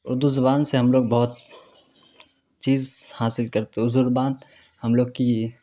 اردو زبان سے ہم لوگ بہت چیز حاصل کرتے اردو زبان ہم لوگ کی